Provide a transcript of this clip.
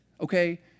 okay